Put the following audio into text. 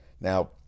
Now